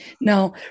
Now